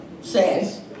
Says